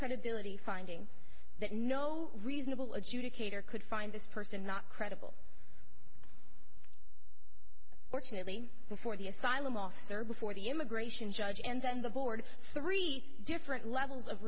credibility finding that no reasonable adjudicator could find this person not credible fortunately for the asylum officer before the immigration judge and then the board three different levels of